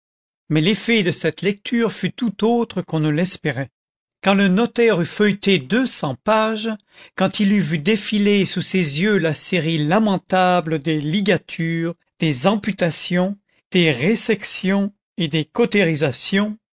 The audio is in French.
mais l'effet de cette lecture fut tout autre qu'on ne l'espérait quand le notaire eut feuilleté deux cents pages quand il eut vu défiler sous ses yeux la série lamentable des ligatures des amputations des résections et des